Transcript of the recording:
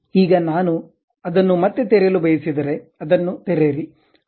ಈಗ ನಾನು ಅದನ್ನು ಮತ್ತೆ ತೆರೆಯಲು ಬಯಸಿದರೆ ಅದನ್ನು ತೆರೆಯಿರಿ